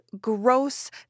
gross